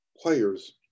players